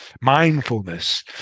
Mindfulness